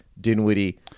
Dinwiddie